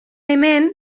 hemen